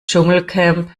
dschungelcamp